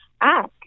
ask